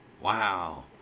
Wow